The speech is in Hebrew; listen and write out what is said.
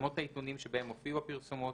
שמות העיתונים שבהם הופיעו הפרסומות,